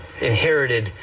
inherited